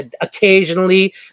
occasionally